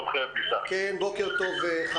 חברים, בוקר טוב לכולם, מה שלומכם?